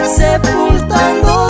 sepultando